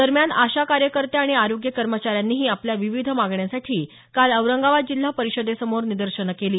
दरम्यान आशा कार्यकर्त्या आणि आरोग्य कर्मचाऱ्यांनीही आपल्या विविध मागण्यांसाठी काल औरंगाबाद जिल्हा परिषदेसमोर निदर्शनं केली